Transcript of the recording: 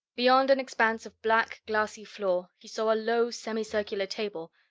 beyond an expanse of black, glassy floor, he saw a low semicircular table,